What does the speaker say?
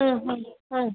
ಹ್ಞೂ ಹ್ಞೂ ಹ್ಞೂ